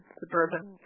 suburban